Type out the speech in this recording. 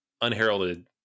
unheralded